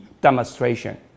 demonstration